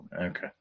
Okay